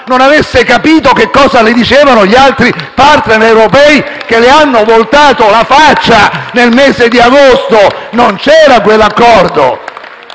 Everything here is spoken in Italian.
non avesse capito che cosa le dicevano gli altri *partner* europei che le hanno voltato la faccia nel mese di agosto! Non c'era quell'accordo.